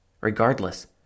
Regardless